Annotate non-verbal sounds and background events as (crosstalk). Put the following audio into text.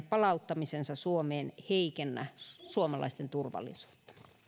(unintelligible) palauttamisensa suomeen heikennä suomalaisten turvallisuutta